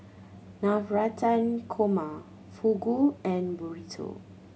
Navratan Korma Fugu and Burrito